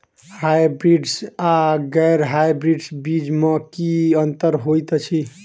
Hybrids आ गैर hybrids बीज म की अंतर होइ अछि?